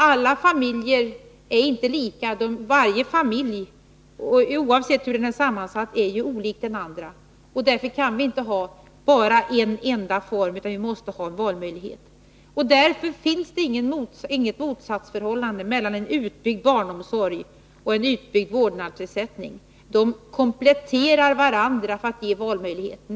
Alla familjer är inte lika, utan varje familj, oavsett hur den är sammansatt, är ju olik den andra. Därför kan vi inte ha bara en form av barnomsorg, utan vi måste ha valmöjlighet. Det finns därför inte heller något motsatsförhållande mellan en utbyggd barnomsorg och en utbyggd vårdnadsersättning. De kompletterar varandra för att ge valmöjlighet.